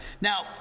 Now